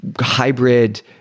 hybrid